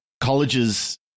colleges